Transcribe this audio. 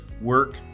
work